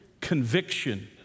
Conviction